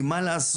כי מה לעשות?